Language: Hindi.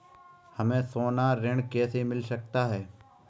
हमें सोना ऋण कैसे मिल सकता है?